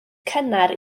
cynnar